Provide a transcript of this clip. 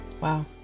Wow